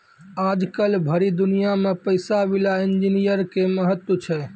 आजकल भरी दुनिया मे पैसा विला इन्जीनियर के महत्व छै